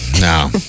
No